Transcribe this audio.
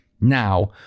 now